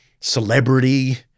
celebrity